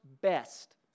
best